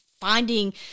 finding